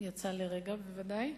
הוא יצא לרגע בוודאי,